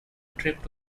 trip